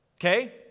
okay